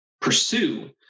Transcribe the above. pursue